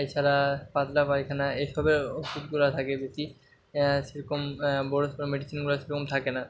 এছাড়া পাতলা পায়খানা এই সবেও ওষুধগুলা থাকে বেশি সেরকম বড়ো সড়ো মেডিসিনগুলো সেরম থাকে না